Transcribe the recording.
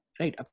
Right